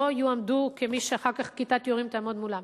יועמדו כמי שאחר כך כיתת יורים תעמוד מולם.